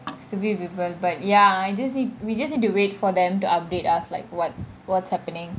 stupid people but ya I just need we just need to wait for them to update us like what what's happening